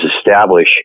establish